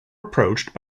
approached